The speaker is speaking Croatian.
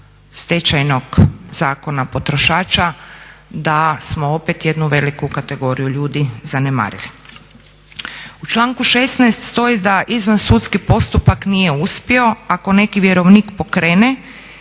stečajnog zakona potrošača da smo opet jednu veliku kategoriju ljudi zanemarili. U članku 16. stoji da izvan sudski postupak nije uspio ako neki vjerovnik pokrene